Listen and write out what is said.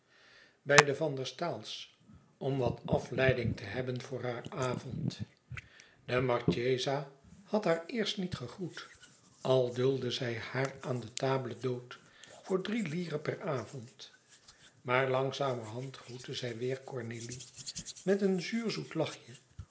bij de van der staals om wat afleiding te hebben voor haar avond de marchesa had haar eerst niet gegroet al duldde zij haar aan de table dhôte voor drie lire per avond maar langzamerhand groette zij weêr cornélie met een zuurzoet lachje